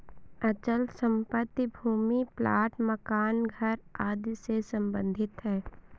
अचल संपत्ति भूमि प्लाट मकान घर आदि से सम्बंधित है